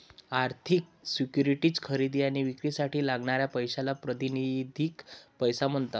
आर्थिक सिक्युरिटीज खरेदी आणि विक्रीसाठी लागणाऱ्या पैशाला प्रातिनिधिक पैसा म्हणतात